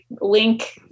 Link